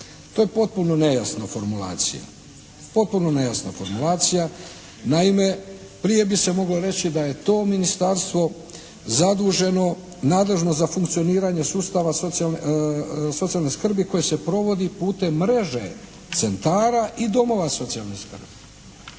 Potpuno nejasna formulacija. Naime, prije bi se moglo reći da je to ministarstvo zaduženo, nadležno za funkcioniranje sustava socijalne skrbi koje se provodi putem mreže centara i domova socijalne skrbi.